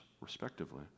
respectively